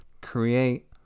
create